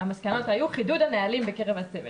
שהמסקנות היו 'חידוד הנהלים בקרב הצוות'.